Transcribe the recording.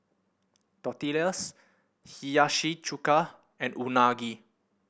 Tortillas Hiyashi Chuka and Unagi